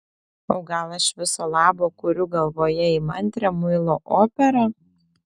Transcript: o gal aš viso labo kuriu galvoje įmantrią muilo operą